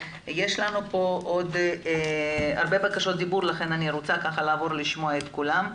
יש לנו כאן הרבה בקשות דיבור לכן אני רוצה לשמוע את כולם.